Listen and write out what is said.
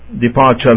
departure